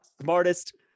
Smartest